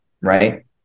Right